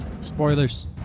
Spoilers